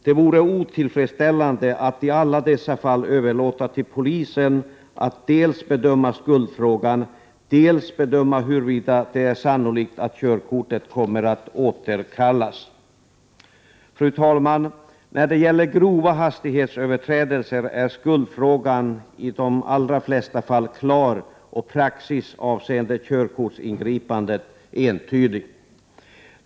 Det vore otillfredsställande att i alla dessa fall överlåta till polisen att dels bedöma skuldfrågan, dels bedöma huruvida det är sannolikt att körkortet kommer att återkallas. Fru talman! När det gäller grova hastighetsöverträdelser är skuldfrågan i de allra flesta fall klar och praxis avseende körkortsingripandet entydig.